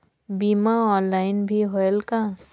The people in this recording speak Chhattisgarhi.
बीमा ऑनलाइन भी होयल का?